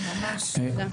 תודה.